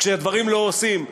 כשהדברים לא נעשים,